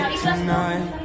tonight